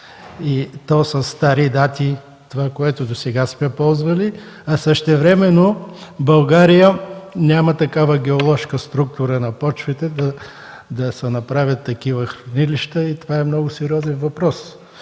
то със стари дати – това, което досега сме ползвали, а същевременно България няма такава геоложка структура на почвите, че да се направят такива хранилища. Това е много сериозен въпрос